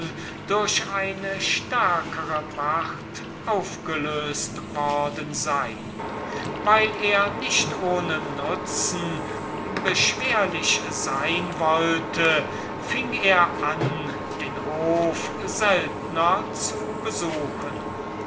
durch eine stärkere zaubermacht aufgelöst worden sei und fing an um sich nicht ohne nutzen beschwerlich zu machen den hof seltner zu besuchen